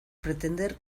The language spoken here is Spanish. pretender